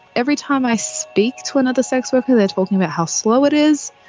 every time i speak to another sex worker they're talking about how slow it is,